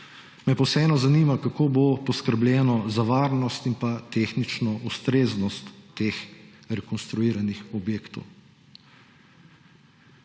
me pa vseeno zanima, kako bo poskrbljeno za varnost in pa tehnično ustreznost teh rekonstruiranih objektov.